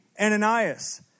Ananias